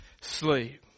sleep